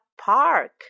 park